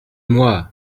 moi